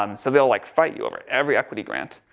um so they'll like fight you over every equity grant.